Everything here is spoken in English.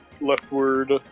leftward